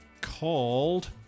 called